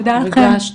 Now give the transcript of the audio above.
ריגשת,